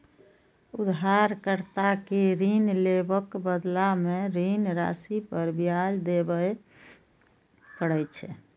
उधारकर्ता कें ऋण लेबाक बदला मे ऋण राशि पर ब्याज देबय पड़ै छै